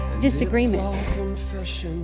disagreement